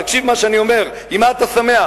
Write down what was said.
תקשיב למה שאני אומר: עם מה אתה שמח,